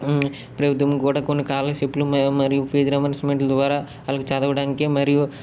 ప్రభుత్వం కూడా కొన్ని కాలర్షిప్లు మరియు ఫీజు రీయింబర్సుమెంట్ల ద్వారా వాళ్ళకి చదవడానికి మరియు